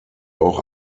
auch